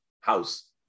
house